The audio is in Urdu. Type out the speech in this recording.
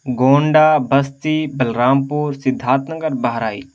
Gonda Basti Balrampur Siddharthnagar Bahraich